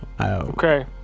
Okay